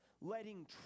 letting